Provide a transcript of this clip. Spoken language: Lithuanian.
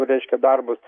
reiškia darbus